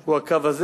הוא הקו הזה.